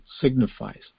signifies